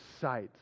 sight